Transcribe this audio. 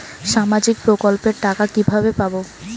সামাজিক প্রকল্পের টাকা কিভাবে পাব?